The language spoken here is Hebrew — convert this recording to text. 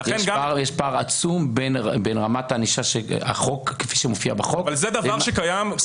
יש פער עצום בין רמת הענישה כפי שמופיעה בחוק --- זה דבר שקיים,